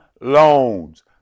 loans